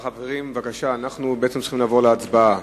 חברים, אנו צריכים לעבור להצבעה.